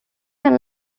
can